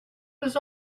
was